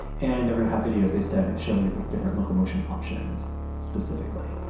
and they're gonna have videos they said showing the different locomotion options specifically